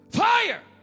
fire